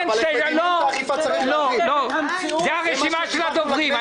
אי-אפשר לחשמל את הקו החדש,